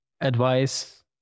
advice